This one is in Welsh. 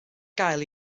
gael